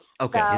Okay